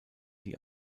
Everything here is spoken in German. die